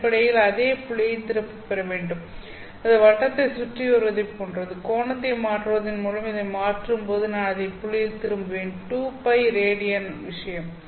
அடிப்படையில் அதே புள்ளியை திரும்பப் பெற வேண்டும் அது வட்டத்தைச் சுற்றி வருவதைப் போன்றது கோணத்தை மாற்றுவதன் மூலம் இதை மாற்றும்போது நான் அதே புள்ளியில் திரும்புவேன் 2π ரேடியன் விஷயம்